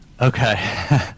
Okay